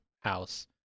house